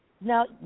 Now